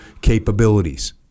capabilities